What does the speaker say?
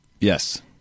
Yes